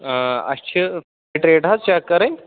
آ اَسہِ چھِ ٹریٚٹ حظ چَک کرٕنۍ